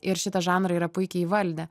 ir šitą žanrą yra puikiai įvaldę